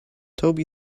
toby